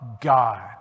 God